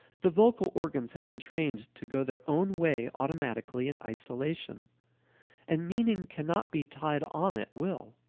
the vocal organs have been trained to go their own way automatically in isolation and meaning cannot be tied on at will.